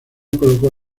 colocó